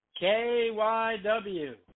KYW